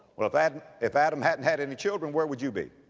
well if ad, if adam hadn't had any children, where would you be?